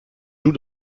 joue